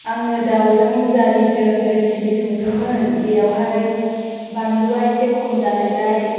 आङो दाउजों जारिजों रेसिपि संदोंमोन बेयावहाय बानलुया एसे खम जानायलाय